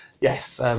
Yes